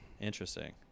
interesting